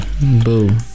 Boo